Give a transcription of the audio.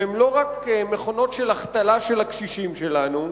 והם לא רק מכונות של החתלה של הקשישים שלנו,